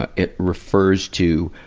ah it refers to,